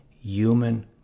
human